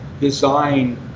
design